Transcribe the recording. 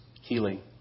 healing